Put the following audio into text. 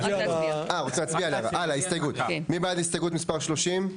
להצביע על סעיף 9. מי בעד הסתייגות מספר 30?